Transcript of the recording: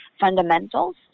fundamentals